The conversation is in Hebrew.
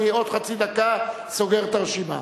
אני עוד חצי דקה סוגר את הרשימה.